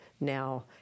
now